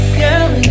Girl